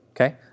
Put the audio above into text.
Okay